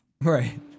Right